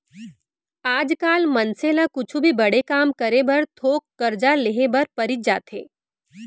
आज काल मनसे ल कुछु भी बड़े काम करे बर थोक करजा लेहे बर परीच जाथे